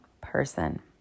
person